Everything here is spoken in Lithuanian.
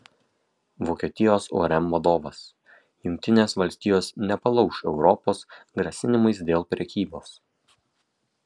vokietijos urm vadovas jungtinės valstijos nepalauš europos grasinimais dėl prekybos